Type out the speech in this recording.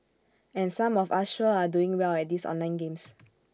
and some of us sure are doing well at these online games